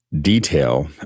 detail